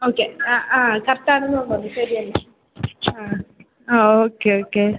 okay അ ആ കറക്റ്റാണെന്ന് തോന്നുന്നുണ്ട് ശരിയാണ് ആ ആ ഓക്കെ ഓക്കെ